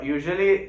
Usually